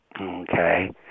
Okay